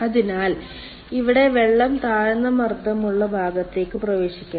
അതിനാൽ ഇവിടെ വെള്ളം താഴ്ന്ന മർദ്ദമുള്ള ഭാഗത്തേക്ക് പ്രവേശിക്കണം